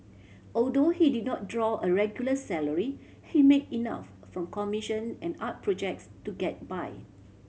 although he did not draw a regular salary he made enough from commission and art projects to get by